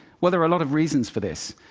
well, there are a lot of reasons for this.